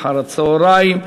אין מתנגדים, אין נמנעים.